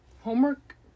Homework